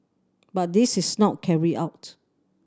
but this is not carried out